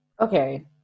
Okay